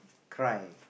cry